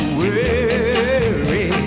worry